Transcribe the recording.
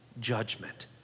judgment